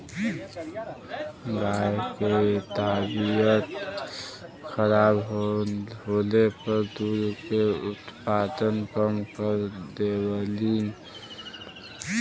गाय के तबियत खराब होले पर दूध के उत्पादन कम कर देवलीन